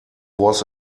was